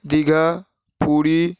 Digha Puri